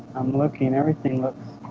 i'm looking. everything looks